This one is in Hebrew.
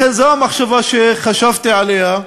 לכן זו המחשבה שחשבתי עליה.